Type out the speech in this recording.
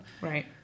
Right